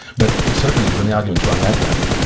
but certainly when the argument's run that way,